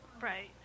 Right